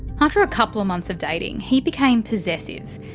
after a couple of months of dating, he became possessive